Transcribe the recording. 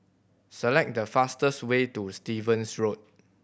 select the fastest way to Stevens Road